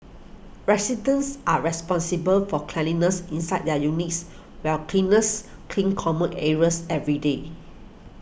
residents are responsible for cleanliness inside their units while cleaners clean common areas every day